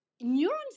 neurons